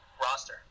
roster